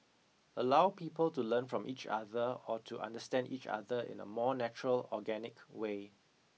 allow people to learn from each other or to understand each other in a more natural organic way